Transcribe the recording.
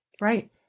Right